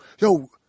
yo